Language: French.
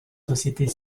sociétés